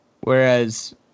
Whereas